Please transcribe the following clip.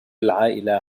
العائلة